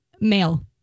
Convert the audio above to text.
Male